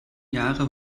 jahre